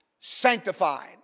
sanctified